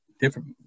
different